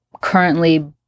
currently